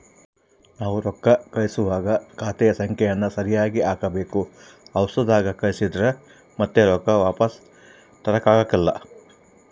ನಾವು ರೊಕ್ಕ ಕಳುಸುವಾಗ ಖಾತೆಯ ಸಂಖ್ಯೆಯನ್ನ ಸರಿಗಿ ಹಾಕಬೇಕು, ಅವರ್ಸದಾಗ ಕಳಿಸಿದ್ರ ಮತ್ತೆ ರೊಕ್ಕ ವಾಪಸ್ಸು ತರಕಾಗಲ್ಲ